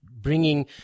bringing